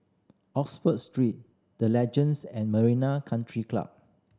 Oxford Street The Legends and Marina Country Club